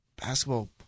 basketball